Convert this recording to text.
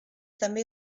també